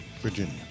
Virginia